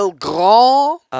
grand